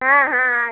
हाँ हाँ हाँ